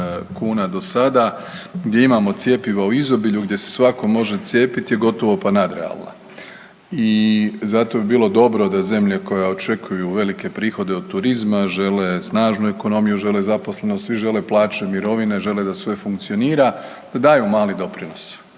kuna do sada, gdje imamo cjepiva u izobilju, gdje se svako može cijepiti je gotovo pa nadrealna. I zato bi bilo dobro da zemlje koje očekuju velike prihode od turizma žele snažnu ekonomiju, žele zaposlenost, svi žele plaće, mirovine, žele da sve funkcionira da daju mali doprinosit.